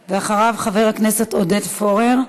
ואחריו, חבר הכנסת עודד פורר.